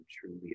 truly